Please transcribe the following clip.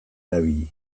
erabili